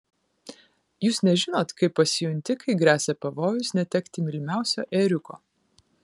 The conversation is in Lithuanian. jūs nežinot kaip pasijunti kai gresia pavojus netekti mylimiausio ėriuko